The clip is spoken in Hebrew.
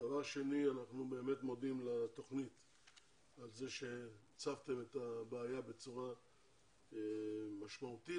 אנחנו באמת מודים לתוכנית על שהצפתם את הבעיה בצורה משמעותית